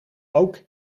ook